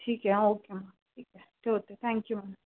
ठीक आहे हां ओके मॅम ठीक आहे ठेवते थँक्यू मॅम